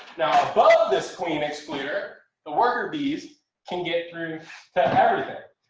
now above this queen excluder the worker bees can get through to everything.